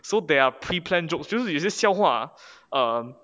so there are pre plan jokes 就是有些笑话 ah um